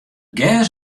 gers